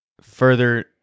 further